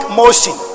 motion